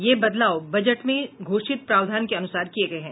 ये बदलाव बजट में घोषित प्रावधान के अनुसार किये गये हैं